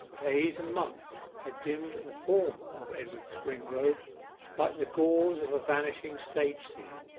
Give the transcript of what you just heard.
days and months had dimmed the form of edward springrove like the gauzes of a vanishing stage-scene,